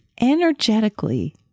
energetically